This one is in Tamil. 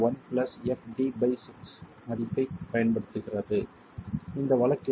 1 fd6 மதிப்பைப் பயன்படுத்துகிறது இந்த வழக்கில்